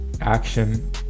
action